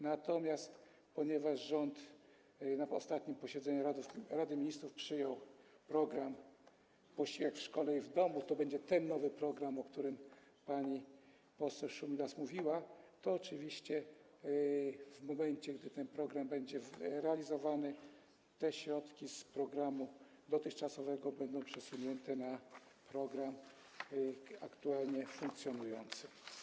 Natomiast ponieważ rząd na ostatnim posiedzeniu Rady Ministrów przyjął program „Posiłek w szkole i w domu” - to będzie ten nowy program, o którym pani poseł Szumilas mówiła - to oczywiście w momencie gdy ten program będzie realizowany, środki z programu dotychczasowego będą przesunięte na program aktualnie funkcjonujący.